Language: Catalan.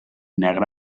negra